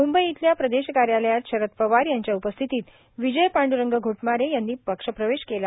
मुंबई येथील प्रदेश कार्यालयात शरद पवार यांच्या उपस्थितीत विजय पांड्रंग घोटमारे यांनी पक्ष प्रवेश केला